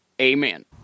Amen